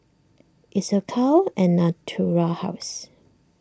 Isocal and Natura House